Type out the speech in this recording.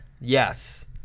Yes